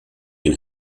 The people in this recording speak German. den